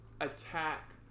attack